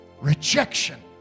rejection